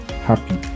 happy